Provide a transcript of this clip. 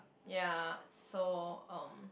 ya so um